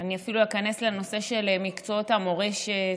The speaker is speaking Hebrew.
אני אפילו איכנס לנושא של מקצועות המורשת,